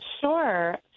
Sure